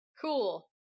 cool